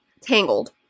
tangled